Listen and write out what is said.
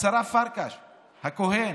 השרה פרקש הכהן,